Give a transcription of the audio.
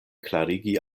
klarigi